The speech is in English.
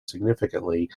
significantly